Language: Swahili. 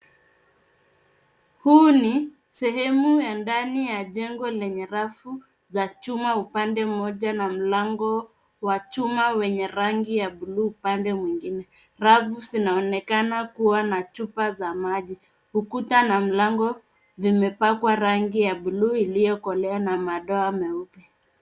Hii ni sehemu ya ndani ya jengo lenye rafu za chuma upande mmoja na mlango wa chuma wa rangi ya buluu upande mwingine. Rafu zinaonekana kuwa na chupa za maji. Kuta na mlango zimepakwa rangi ya buluu iliyokolea na madoa meupe.